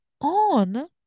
on